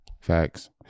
Facts